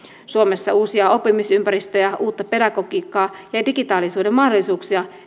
suomessa uusia oppimisympäristöjä uutta pedagogiikkaa ja ja digitaalisuuden mahdollisuuksia